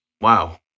wow